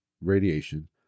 radiation